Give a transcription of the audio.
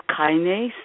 kinase